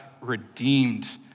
redeemed